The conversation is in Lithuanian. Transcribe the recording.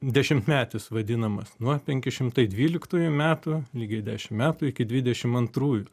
dešimtmetis vadinamas nu va penki šimtai dvyliktųjų metų lygiai dešimt metų iki dvidešimt antrųjų